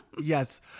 Yes